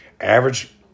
average